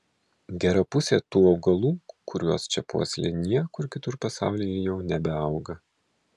gera pusė tų augalų kuriuos čia puoselėji niekur kitur pasaulyje jau nebeauga